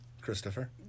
Christopher